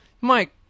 Mike